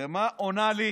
ומה עונה לי